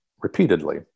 repeatedly